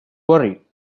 worry